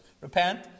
Repent